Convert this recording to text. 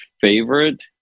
favorite